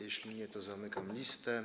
Jeśli nie, to zamykam listę.